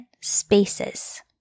spaces